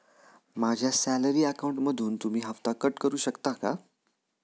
माझ्या सॅलरी अकाउंटमधून तुम्ही हफ्ता कट करू शकता का?